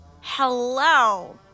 Hello